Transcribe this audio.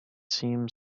seemed